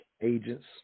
Agents